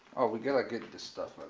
we gotta get this stuff out.